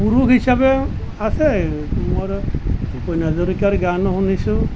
পুৰুষ হিচাপেও আছে মোৰ ভূপেন হাজৰিকাৰ গানো শুনিছোঁ